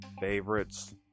favorites